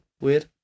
Weird